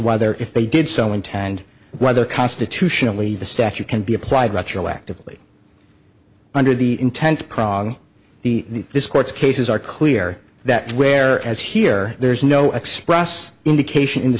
whether if they did so intend rather constitutionally the statute can be applied retroactively under the intent the this court's cases are clear that where as here there's no express indication in the